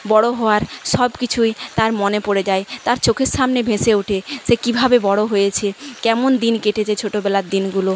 বড় হওয়ার সব কিছুই তার মনে পড়ে যায় তার চোখের সামনে ভেসে ওঠে সে কিভাবে বড় হয়েছে কেমন দিন কেটেছে ছোটবেলার দিনগুলো